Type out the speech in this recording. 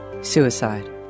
Suicide